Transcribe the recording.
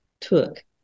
took